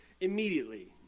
immediately